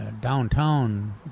downtown